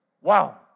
wow